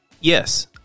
Yes